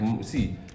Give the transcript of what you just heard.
see